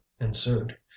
ensued